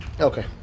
Okay